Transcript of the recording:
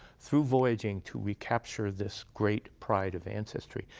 through voyaging, to recapture this great pride of ancestry.